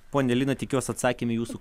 ponia lina tikiuosi atsakėm į jūsų